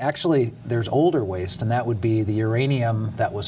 actually there's older waste and that would be the uranium that was